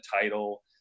title